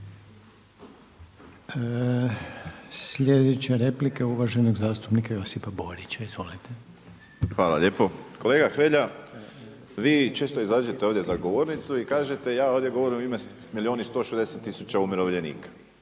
Sljedeća replika je uvaženog zastupnika Josipa Borića. Izvolite. **Borić, Josip (HDZ)** Hvala lijepo. Kolega Hrelja, vi često izađete ovdje za govornicu i kažete ja ovdje govorim u ime milijun i 160 tisuća umirovljenika.